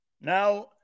Now